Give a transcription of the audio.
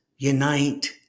unite